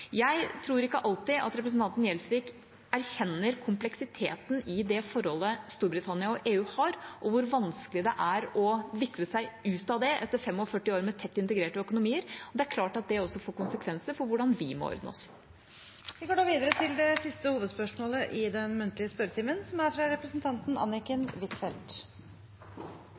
Jeg tror at representanten Gjelsvik ikke alltid erkjenner kompleksiteten i det forholdet Storbritannia og EU har, og hvor vanskelig det er å vikle seg ut av det etter 45 år med tett integrerte økonomier. Det er klart at det også får konsekvenser for hvordan vi må ordne oss. Vi går da videre til det siste hovedspørsmålet i den muntlige spørretimen.